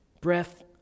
Breath